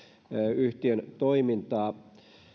yhtiön toimintaa